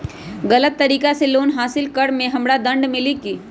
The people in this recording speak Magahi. गलत तरीका से लोन हासिल कर्म मे हमरा दंड मिली कि?